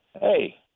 hey